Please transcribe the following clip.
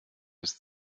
ist